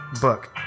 book